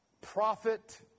profit